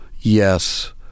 yes